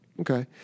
Okay